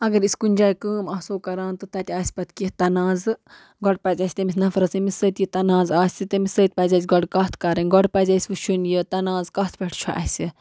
اگر أسۍ کُنہِ جایہِ کٲم آسو کَران تہٕ تَتہِ آسہِ پَتہٕ کینٛہہ تَنازٕ گۄڈٕ پَزِ اَسہِ تٔمِس نَفَرَس أمِس سۭتۍ یہِ تَنازٕ آسہِ تٔمِس سۭتۍ پَزِ اَسہِ گۄڈٕ کَتھ کَرٕنۍ گۄڈٕ پَزِ اَسہِ وٕچھُن یہِ تَنازٕ کَتھ پٮ۪ٹھ چھُ اَسہِ